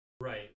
Right